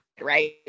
right